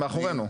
זה מאחורינו.